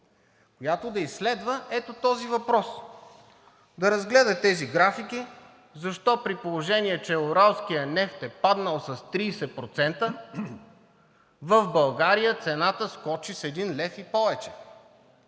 която да изследва ето този въпрос. Да разгледа тези графики (показва), защо, при положение че уралският нефт е паднал с 30%, в България цената скочи с 1 лв. и повече?